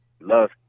love